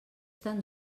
tan